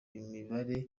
imibare